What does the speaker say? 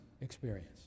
experience